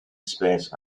space